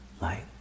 light